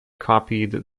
copied